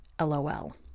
LOL